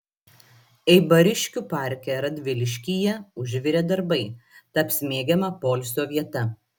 eibariškių parke radviliškyje užvirė darbai taps mėgiama poilsio vieta